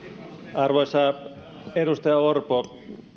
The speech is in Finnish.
arvoisa edustaja orpo